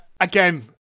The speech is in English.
Again